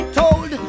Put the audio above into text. told